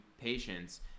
patients